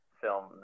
film